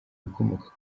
bikomoka